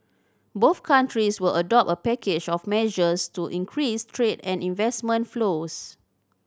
both countries will adopt a package of measures to increase trade and investment flows